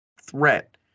threat